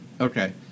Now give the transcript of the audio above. Okay